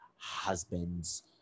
husband's